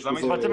יש עם זה בעיה.